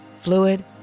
fluid